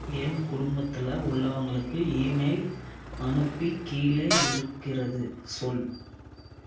என் குடும்பத்தில் உள்ளவங்களுக்கு இமெயில் அனுப்பி கீழே இருக்கிறது சொல்